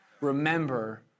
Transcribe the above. Remember